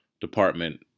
department